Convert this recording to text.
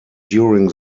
during